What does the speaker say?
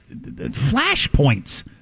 flashpoints